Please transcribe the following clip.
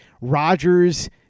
Rodgers